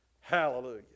Hallelujah